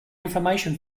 information